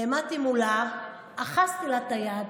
נעמדתי מולה, אחזתי לה את היד,